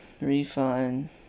refund